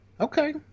Okay